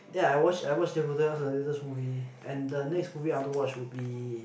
ya I watch I watch Deadpool two that was the latest movie and the next movie I want to watch will be